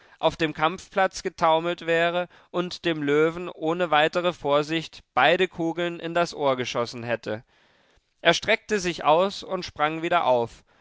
auf den kampfplatz getaumelt wäre und dem löwen ohne weitere vorsicht beide kugeln in das ohr geschossen hätte er streckte sich aus und sprang wieder auf